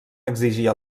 exigia